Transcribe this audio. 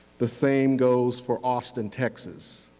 the same goes for austin texas.